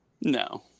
No